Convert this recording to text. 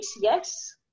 yes